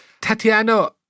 Tatiana